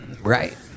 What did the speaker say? Right